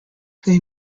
they